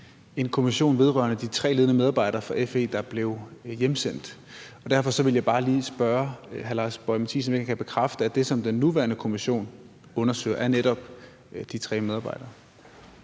en kommission vedrørende de tre ledende medarbejdere fra FE, der blev hjemsendt. Derfor vil jeg bare lige spørge hr. Lars Boje Mathiesen, og han ikke kan bekræfte, at det, som den nuværende kommission undersøger, netop er de tre medarbejdere.